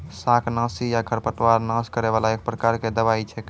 शाकनाशी या खरपतवार नाश करै वाला एक प्रकार के दवाई छेकै